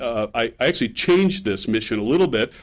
i actually changed this mission a little bit.